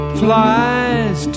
flies